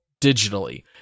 digitally